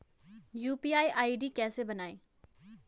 UPI ID कैसे बनायें?